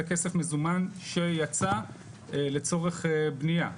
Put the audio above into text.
זה כסף מזומן שיצא לצורך בניה,